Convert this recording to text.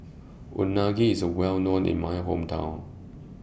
Unagi IS Well known in My Hometown